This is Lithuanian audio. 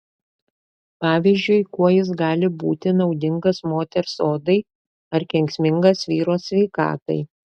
pavyzdžiui kuo jis gali būti naudingas moters odai ar kenksmingas vyro sveikatai